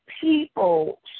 people